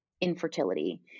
infertility